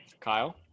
Kyle